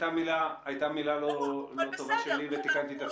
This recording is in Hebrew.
כופרת הייתה מילה לא טובה שלי ותיקנתי את עצמי.